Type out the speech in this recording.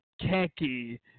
khaki